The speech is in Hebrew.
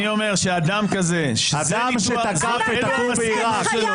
אני אומר שאדם כזה --- אדם שתקף את הכור בעירק?